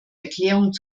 erklärung